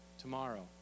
tomorrow